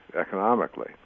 economically